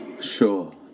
Sure